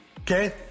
Okay